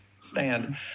stand